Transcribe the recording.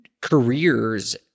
careers